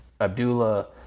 Abdullah